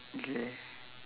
okay